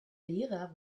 lehrer